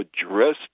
address